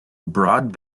broad